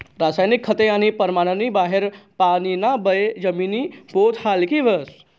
रासायनिक खते आणि परमाननी बाहेर पानीना बये जमिनी पोत हालकी व्हस